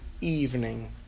evening